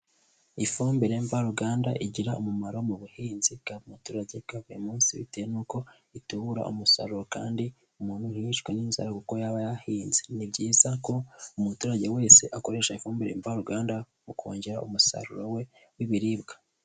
Ifumbire mva ruganda igira umumaro mu buhinzi bw'umuturage bwa buri munsi bitewe n'uko itubura umusaruro kandi umuntu ntiyicwe n'inzara kuko yaba yahinze, ni byiza ko umuturage wese akoresha ifumbire mvaruganda mu kongera umusaruro we w'ibiribwa.